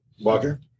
Walker